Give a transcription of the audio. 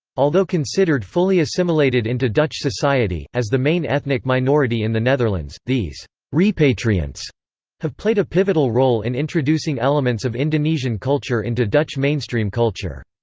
although considered fully assimilated into dutch society, as the main ethnic minority in the netherlands, these repatriants have played a pivotal role in introducing elements of indonesian culture into dutch mainstream culture.